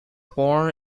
born